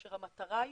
כאשר המטרה היא